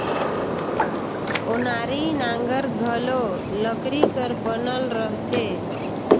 ओनारी नांगर घलो लकरी कर बनल रहथे